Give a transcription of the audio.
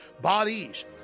Bodies